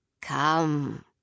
Come